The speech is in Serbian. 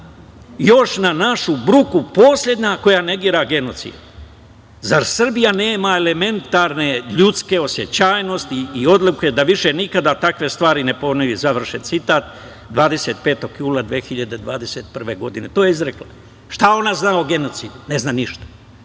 još, na našu bruku, poslednja koja negira genocid. Zar Srbija nema elementarne ljudske osećajnosti i odlike da više nikada takve stvari ne ponovi?“, završen citat, 25. jula 2021. godine. To je izrekla. Šta ona zna o genocidu? Ne zna ništa.